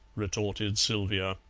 retorted sylvia.